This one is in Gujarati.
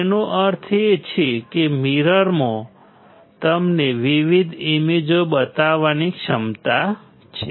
તેનો અર્થ એ કે મિરરમાં તમને વિવિધ ઇમેજઓ બતાવવાની ક્ષમતા છે